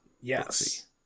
Yes